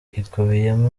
ikubiyemo